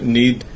need